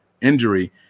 injury